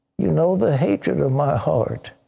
you know the hatred in my heart.